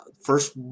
first